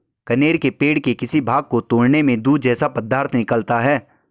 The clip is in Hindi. कनेर के पेड़ के किसी भाग को तोड़ने में दूध जैसा पदार्थ निकलता है